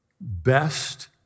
best